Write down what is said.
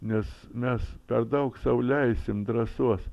nes mes per daug sau leisim drąsos